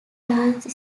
dance